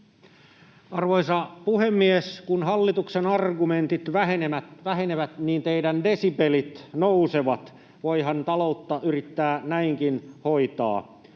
Arvoisa puhemies! Kun hallituksen argumentit vähenevät, niin desibelit nousevat. Voihan taloutta yrittää näinkin hoitaa.